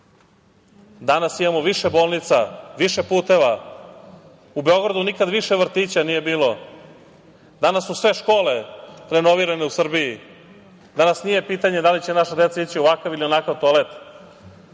Danas imamo više bolnica, više puteva. U Beogradu nikad više vrtića nije bilo. Danas su sve škole renovirane u Srbiji. Danas nije pitanje da li će naša deca ići u ovakav ili onakav toalet.